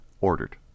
ordered